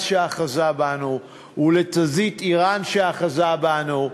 שאחזה בנו ולתזזית איראן שאחזה בנו.